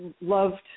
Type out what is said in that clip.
loved